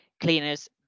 cleaners